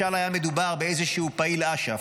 משל היה מדובר באיזשהו פעיל אש"ף.